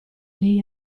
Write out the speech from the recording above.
lei